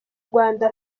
rwanda